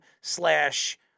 Slash